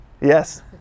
Yes